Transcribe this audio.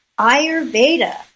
Ayurveda